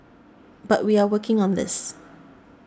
but we are working on this